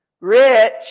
rich